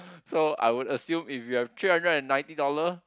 so I would assume if you have three hundred and ninety dollar